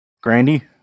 Grandy